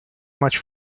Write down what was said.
much